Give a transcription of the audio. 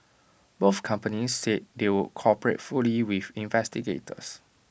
both companies said they would cooperate fully with investigators